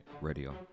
Radio